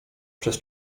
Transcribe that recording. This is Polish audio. przez